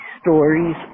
stories